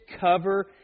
cover